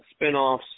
spinoffs